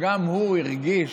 שגם הוא הרגיש,